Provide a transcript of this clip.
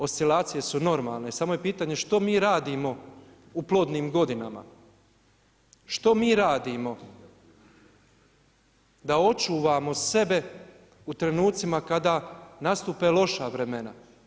Oscilacije su normalne, samo je pitanje što mi radimo u plodnim godinama, što mi radimo da očuvamo sebe u trenucima sebe kada nastupe loša vremena.